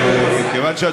אבל זה לא נכון.